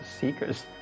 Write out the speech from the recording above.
Seekers